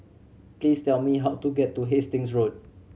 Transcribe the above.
please tell me how to get to Hastings Road